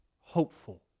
hopeful